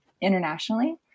internationally